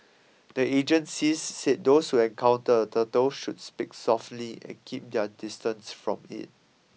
the agencies said those who encounter a turtle should speak softly and keep their distance from it